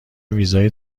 ویزای